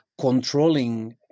controlling